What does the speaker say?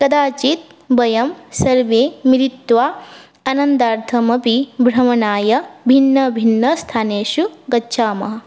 कदाचित् वयं सर्वे मिलित्वा आनन्दार्थमपि भ्रमणाय भिन्न भिन्न स्थानेषु गच्छामः